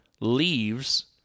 leaves